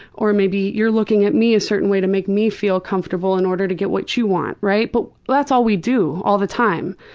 or maybe you're looking at me a certain way to make me feel comfortable in order to get what you want, right? but that's all we do all the time,